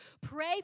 pray